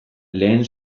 lehen